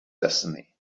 destiny